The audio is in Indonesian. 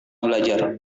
belajar